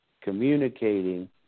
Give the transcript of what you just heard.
communicating